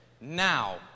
now